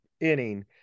inning